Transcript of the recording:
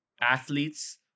athletes